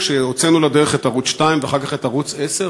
כשהוצאנו לדרך את ערוץ 2 ואחר כך את ערוץ 10,